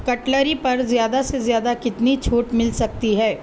cutlery پر زیادہ سے زیادہ کتنی چُھوٹ مِل سکتی ہے